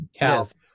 Yes